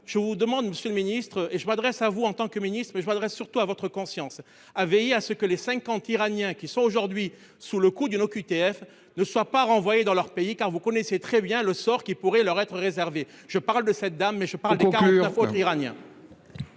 Je vous demande, monsieur le ministre et je m'adresse à vous en tant que ministre et je m'adresse surtout à votre conscience à veiller à ce que les 50 iraniens qui sont aujourd'hui sous le coup d'une OQTF ne soient pas renvoyés dans leur pays, car vous connaissez très bien le sort qui pourrait leur être réservé, je parle de cette dame mais je parle de coupures faute